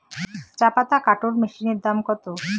চাপাতা কাটর মেশিনের দাম কত?